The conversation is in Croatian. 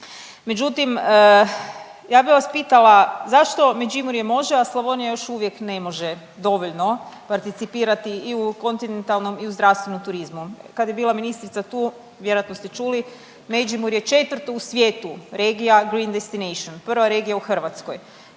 međutim ja bi vas pitala zašto Međimurje može, a Slavonija još uvijek ne može dovoljno participirati i u kontinentalnom i u zdravstvenom turizmom? Kad je bila ministrica tu vjerojatno ste čuli Međimurje 4. u svijetu regija Green Destination, 1. regija u Hrvatskoj.